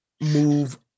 move